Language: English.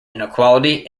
inequality